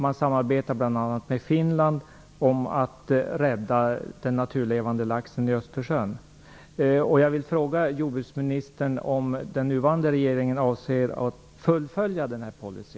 Man samarbetade bl.a. med Finland om att rädda den naturlevande laxen i Östersjön. Jag vill fråga jordbruksministern om den nuvarande regeringen avser att fullfölja denna policy.